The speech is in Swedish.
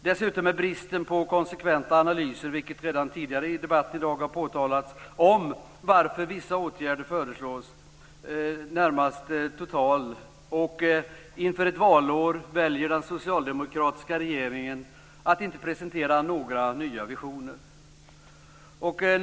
Dessutom är bristen på konsekventa analyser om varför vissa åtgärder föreslås närmast total, vilket har påtalats tidigare i debatten. Inför ett valår väljer den socialdemokratiska regeringen att inte presentera några nya visioner.